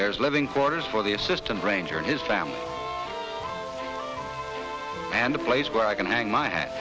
there's living quarters for the assistant ranger and his family and the place where i can hang my hat